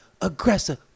aggressive